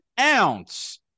ounce